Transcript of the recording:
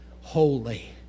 holy